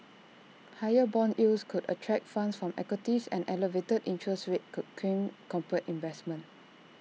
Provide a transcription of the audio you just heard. higher Bond yields could attract funds from equities and elevated interest rates could crimp corporate investment